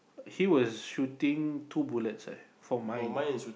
he was shooting two bullets leh for mine